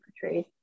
portrayed